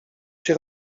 się